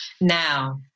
Now